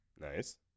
Nice